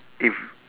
if